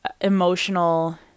emotional